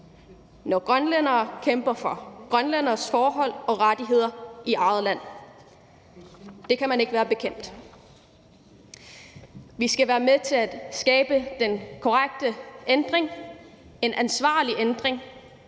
når grønlændere kæmper for grønlænderes forhold og rettigheder i eget land. Det kan man ikke være bekendt. Vi skal være med til at skabe den korrekte ændring, en ansvarlig ændring,